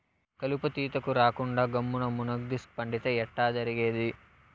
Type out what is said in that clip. కలుపు తీతకు రాకుండా గమ్మున్న మున్గదీస్క పండితే ఎట్టా జరిగేది